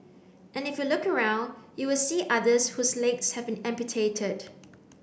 and if you look around you will see others whose legs have been amputated